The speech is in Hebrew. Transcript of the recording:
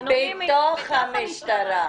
בתוך המשטרה.